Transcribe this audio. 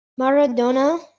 Maradona